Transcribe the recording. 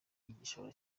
igishoro